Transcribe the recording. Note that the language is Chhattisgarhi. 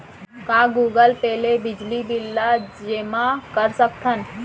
का गूगल पे ले बिजली बिल ल जेमा कर सकथन?